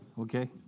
Okay